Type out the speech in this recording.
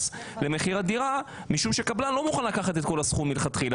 למחיר הדירה משום שהקבלן לא מוכן לקחת את כל הסכום מלכתחילה,